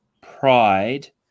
pride